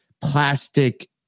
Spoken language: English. plastic